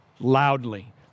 loudly